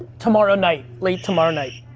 tomorrow night, late tomorrow night.